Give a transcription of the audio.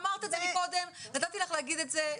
אמרת את זה מקודם , נתתי לך להגיד את זה.